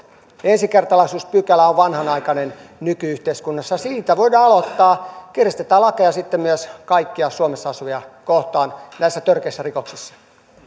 ensikertalaisuuspykälä on vanhanaikainen nyky yhteiskunnassa ja siitä voidaan aloittaa kiristetään lakeja sitten myös kaikkia suomessa asuvia kohtaan näissä törkeissä rikoksissa